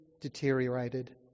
deteriorated